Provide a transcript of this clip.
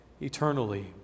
eternally